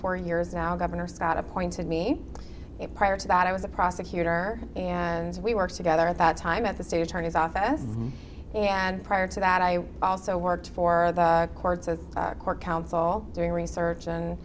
four years now governor scott appointed me prior to that i was a prosecutor and we worked together at that time at the state attorney's office and prior to that i also worked for the courts as counsel doing research and